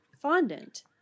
fondant